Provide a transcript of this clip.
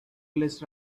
less